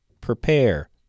Prepare